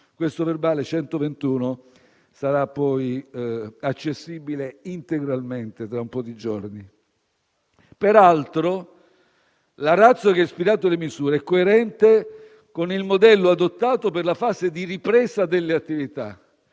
il verbale n. 121 sarà pertanto accessibile integralmente tra un po' di giorni. Peraltro, la *ratio* che ha ispirato le misure è coerente con il modello adottato per la fase di ripresa delle attività.